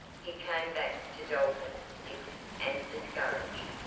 he came back to dalton, sick and discouraged,